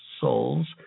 souls